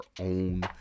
own